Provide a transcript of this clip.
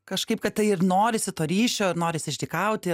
kažkaip kad tai ir norisi to ryšio ir norisi išdykauti